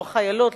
או החיילות,